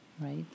right